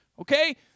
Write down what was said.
okay